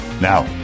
Now